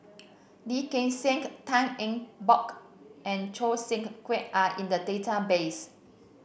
Lee Gek Seng Tan Eng Bock and Choo Seng Quee are in the database